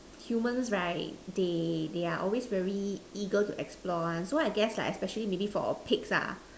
humans right they they are always very eager to explore one so I guess like especially maybe for pigs lah